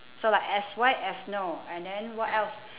so like as white as snow and then what else